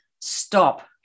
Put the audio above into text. stop